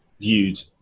viewed